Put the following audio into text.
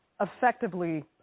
effectively